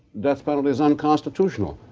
death penalty's unconstitutional.